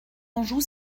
anjou